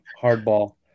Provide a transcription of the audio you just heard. hardball